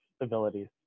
abilities